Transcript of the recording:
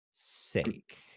sake